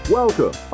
welcome